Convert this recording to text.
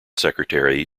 secretary